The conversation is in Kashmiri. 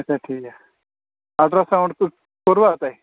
اَچھا ٹھیٖک اَلٹرٛاساوُنٛڈ کٮُ۪تھ کوٚروا تۄہہِ